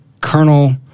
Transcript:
Colonel